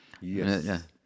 Yes